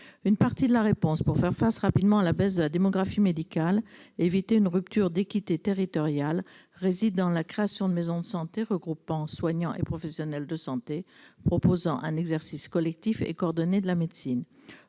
Une partie de la réponse pour faire face rapidement à la baisse de la démographie médicale et éviter une rupture d'équité territoriale réside dans la création de maisons de santé, regroupant soignants et professionnels de santé, proposant un exercice collectif et coordonné de la médecine.